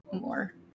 more